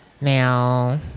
Now